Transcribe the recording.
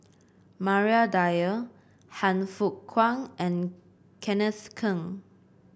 Maria Dyer Han Fook Kwang and Kenneth Keng